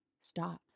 stop